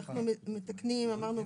אנחנו מתקנים כמו שאמרנו,